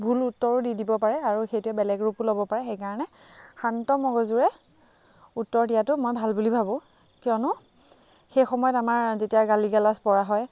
ভুল উত্তৰো দি দিব পাৰে আৰু সেইটোৱে বেলেগ ৰূপো ল'ব পাৰে সেকাৰণে শান্ত মগজুৰে উত্তৰ দিয়াটো মই ভাল বুলি ভাবোঁ কিয়নো সেই সময়ত আমাৰ যেতিয়া গালি গালাজ পৰা হয়